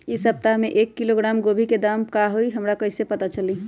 इ सप्ताह में एक किलोग्राम गोभी के दाम का हई हमरा कईसे पता चली?